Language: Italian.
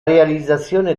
realizzazione